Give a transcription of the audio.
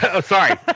Sorry